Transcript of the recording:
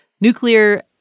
Nuclear